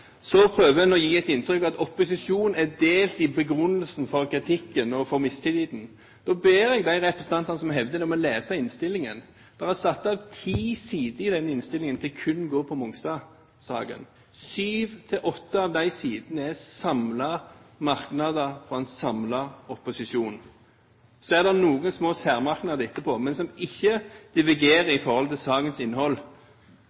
Så prøver en å gi et inntrykk av at opposisjonen er delt i begrunnelsen for kritikken og for mistilliten. Da ber jeg de representantene som hevder det, om å lese innstillingen. Det er satt av ti sider i den innstillingen som kun gjelder Mongstad-saken. Sju–åtte av de sidene er merknader fra en samlet opposisjon. Så er det noen små særmerknader etterpå, som ikke divergerer i forhold til sakens innhold, men som